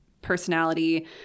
personality